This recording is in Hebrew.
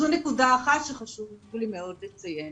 זו נקודה אחת שחשוב לי מאוד לציין.